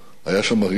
היה שם אריה.